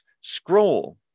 scroll